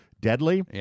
deadly